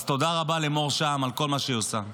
אז תודה רבה למור שעל על כל מה שהיא עושה.